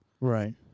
Right